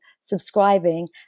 subscribing